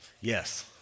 Yes